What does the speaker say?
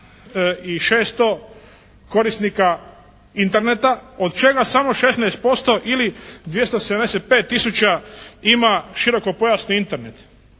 i 600 korisnika Interneta od čega samo 16% ili 275 tisuća ima širokopojasni Internet